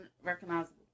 unrecognizable